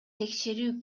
текшерүү